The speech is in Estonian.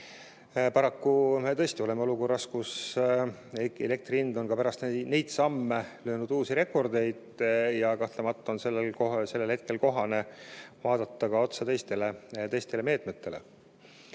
Paraku tõesti oleme olukorras, kus elektri hind on ka pärast neid samme löönud uusi rekordeid. Kahtlemata on sellel hetkel kohane vaadata otsa ka teistele meetmetele.